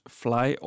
fly